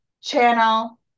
channel